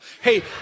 Hey